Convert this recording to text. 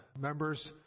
members